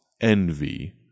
envy